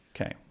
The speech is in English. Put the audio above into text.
Okay